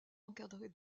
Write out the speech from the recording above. encadrée